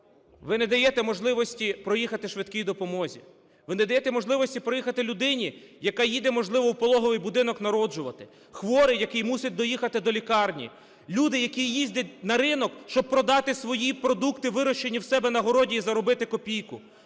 Ви не даєте можливості проїхати швидкій допомозі; ви не даєте можливості проїхати людині, яка їде, можливо, в пологовий будинок народжувати; хворий, який мусить доїхати до лікарні; люди, які їздять на ринок, щоб продати свої продукти, вирощені в себе на городі, і заробити копійку.